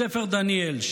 מספר דניאל,